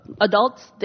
adults